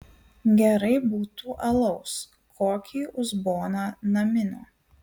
gerai būtų alaus kokį uzboną naminio